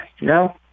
No